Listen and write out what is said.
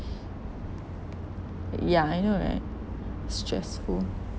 yeah I know right stressful